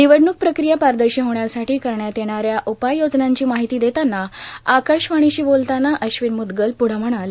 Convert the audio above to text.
निवडणूक प्रक्रिया पारदर्शी होण्यासाठी करण्यात येणाऱ्या उपाययोजनांची माहिती देतांना आकाशवाणीशी बोलताना अश्विन मुद्गल पुढं म्हणाले